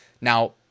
Now